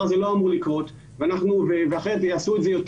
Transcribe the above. הדבר הזה לא אמור לקרות ואם יעשו את זה,